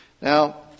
Now